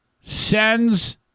sends